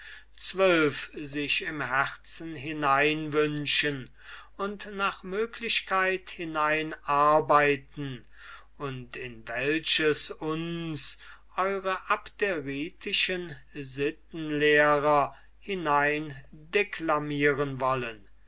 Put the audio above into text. sich im herzen hineinwünschen und nach möglichkeit hineinarbeiten und in welches uns eure abderitischen sittenlehrer hineindeclamieren wollen